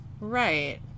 right